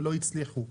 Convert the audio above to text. ולא הצליחו.